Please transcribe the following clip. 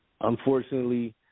Unfortunately